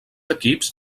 equips